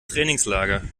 trainingslager